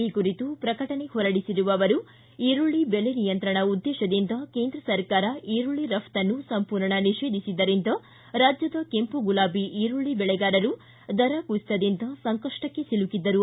ಈ ಕುರಿತು ಪ್ರಕಟಣೆ ಹೊರಡಿಸಿರುವ ಅವರು ಈರುಳ್ಳಿ ಬೆಲೆ ನಿಯಂತ್ರಣ ಉದ್ದೇಶದಿಂದ ಕೇಂದ್ರ ಸರ್ಕಾರ ಈರುಳ್ಳಿ ರಫ್ತನ್ನು ಸಂಪೂರ್ಣ ನಿಷೇಧಿಸಿದ್ದರಿಂದ ರಾಜ್ಯದ ಕೆಂಪು ಗುಲಾಬಿ ಈರುಳ್ಳಿ ಬೆಳೆಗಾರರು ದರ ಕುಸಿತದಿಂದ ಸಂಕಷ್ಟಕ್ಕೆ ಸಿಲುಕಿದ್ದರು